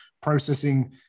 processing